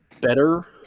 better